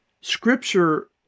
Scripture